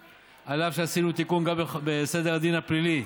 אף על פי שעשינו תיקון גם בסדר הדין הפלילי,